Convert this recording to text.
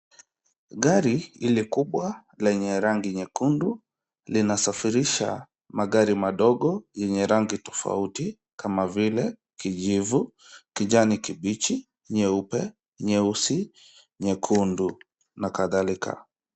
Gari hili kubwa lenye rangi nyekundu, linasafirisha magari madogo yenye rangi tofauti kama vile kijivu, kijani kibichi, nyeupe, nyeusi, nyekundu, na kadhalika.